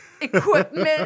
equipment